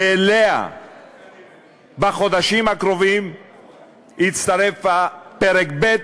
שאליה יצטרפו בחודשים הקרובים פרק ב'